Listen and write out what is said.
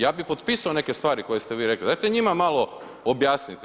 Ja bih potpisao neke stvari koje ste vi rekli, dajte njima malo objasnite.